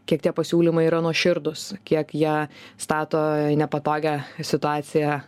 kiek tie pasiūlymai yra nuoširdūs kiek jie stato į nepatogią situaciją